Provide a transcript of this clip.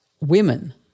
women